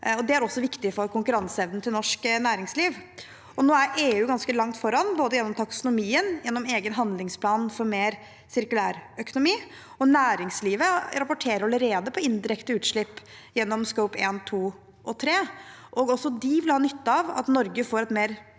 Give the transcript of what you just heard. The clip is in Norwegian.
Det er også viktig for konkurranseevnen til norsk næringsliv. Nå er EU ganske langt foran, både gjennom taksonomien og gjennom en egen handlingsplan for mer sirkulær økonomi. Næringslivet rapporterer allerede på indirekte utslipp gjennom scope 1, 2 og 3, og også de vil ha nytte av at Norge får et bedre